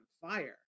fire